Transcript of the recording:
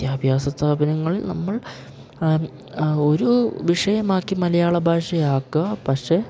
വിദ്യാഭ്യാസ സ്ഥാപനങ്ങൾ നമ്മൾ ഒരു വിഷയമാക്കി മലയാള ഭാഷ ആക്കുക പക്ഷേ